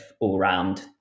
all-round